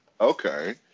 okay